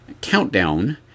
Countdown